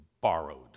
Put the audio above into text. borrowed